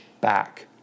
back